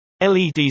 LEDs